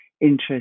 interest